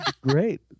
Great